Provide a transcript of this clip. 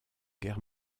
guerre